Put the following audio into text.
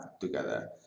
together